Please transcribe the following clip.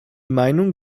meinung